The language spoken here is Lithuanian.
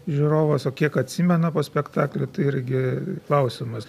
žiūrovas o kiek atsimena po spektaklio irgi klausimas